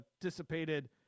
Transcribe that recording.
dissipated